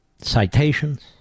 citations